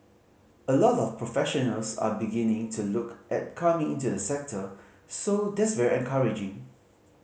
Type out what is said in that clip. a lot of professionals are beginning to look at coming into the sector so that's very encouraging